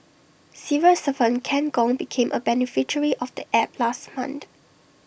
civil servant Ken Gong became A beneficiary of the app last month